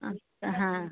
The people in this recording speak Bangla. আচ্ছা হ্যাঁ